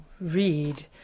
read